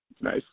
Nice